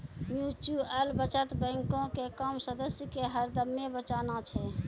mutual बचत बैंको के काम सदस्य के हरदमे बचाना छै